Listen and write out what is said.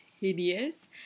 hideous